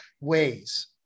ways